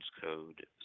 Code